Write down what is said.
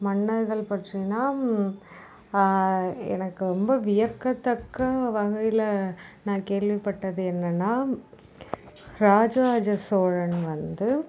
மன்னர்கள் பற்றினா எனக்கு ரொம்ப வியக்கத்தக்க வகையில நான் கேள்வி பட்டது என்னன்னா ராஜராஜ சோழன் வந்து